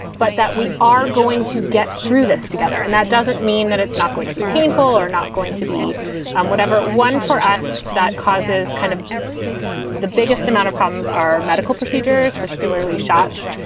but that we are going to get through this together. and that doesn't mean that it's not going to be painful or not going to be um whatever one for us that causes kind of the biggest amount of problems are medical procedures, particularly shots.